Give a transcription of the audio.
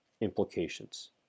implications